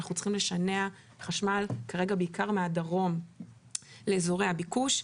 אנחנו צריכים לשנע חשמל כרגע בעיקר מהדרום לאזורי הביקוש.